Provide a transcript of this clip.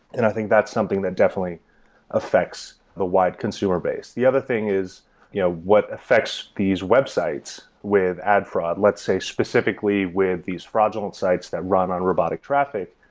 and i think that's something that definitely affects the wide consumer base. the other thing is you know what affects these websites with ad fraud, let's say specifically with these fraudulent sites that run on robotic traffic,